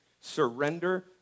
Surrender